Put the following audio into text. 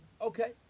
Okay